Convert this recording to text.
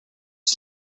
his